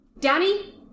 Danny